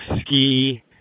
ski